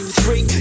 three